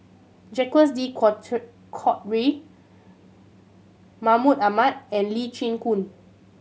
Jacques De Coutre Mahmud Ahmad and Lee Chin Koon